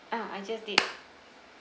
ah I just did